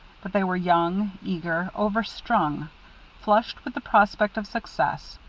but they were young, eager, overstrung flushed with the prospect of success,